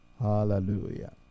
hallelujah